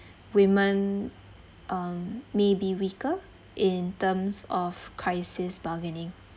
women um may be weaker in terms of crisis bargaining